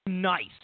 nice